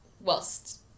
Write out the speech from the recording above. whilst